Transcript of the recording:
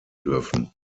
dürfen